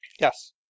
Yes